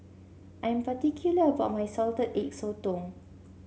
I am particular about my Salted Egg Sotong